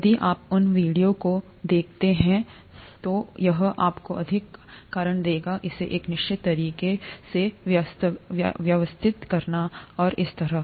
यदि आप उन दो वीडियो को देखते हैं तो यह आपको और अधिक कारण देगा इसे एक निश्चित तरीके से व्यवस्थित करना और इसी तरह